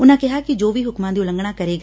ਉਨਾਂ ਕਿਹਾ ਕਿ ਜੋ ਵੀ ਹੁਕਮਾਂ ਦੀ ਉਲੰਘਣਾ ਕਰੇਗਾ